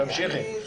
תמשיכי.